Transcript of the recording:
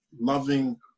loving